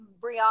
Brianna